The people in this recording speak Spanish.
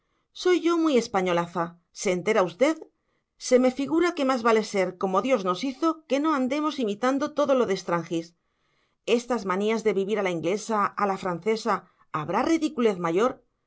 soy yo muy españolaza se entera usted se me figura que más vale ser como dios nos hizo que no que andemos imitando todo lo de extranjis estas manías de vivir a la inglesa a la francesa habrá ridiculez mayor de